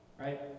right